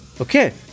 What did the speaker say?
okay